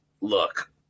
Look